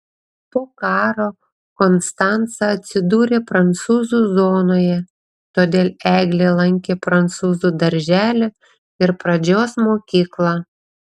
po karo konstanca atsidūrė prancūzų zonoje todėl eglė lankė prancūzų darželį ir pradžios mokyklą